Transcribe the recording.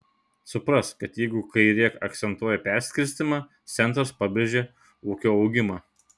suprask kad jeigu kairė akcentuoja perskirstymą centras pabrėžia ūkio augimą